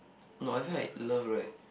no I feel like love right